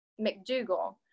McDougall